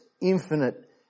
infinite